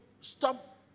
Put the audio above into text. Stop